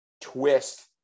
twist